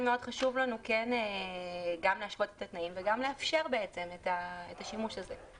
לכן חשוב לנו גם להשוות את התנאים וגם לאפשר את השימוש הזה.